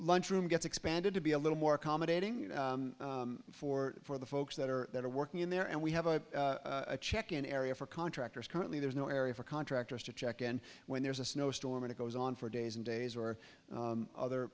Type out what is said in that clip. lunch room gets expanded to be a little more accommodating for for the folks that are that are working in there and we have a check in area for contractors currently there's no area for contractors to check and when there's a snowstorm and it goes on for days and days or other